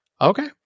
Okay